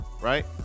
right